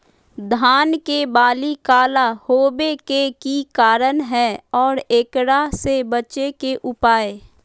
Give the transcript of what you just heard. धान के बाली काला होवे के की कारण है और एकरा से बचे के उपाय?